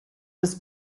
das